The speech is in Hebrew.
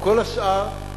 כל השאר,